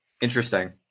Interesting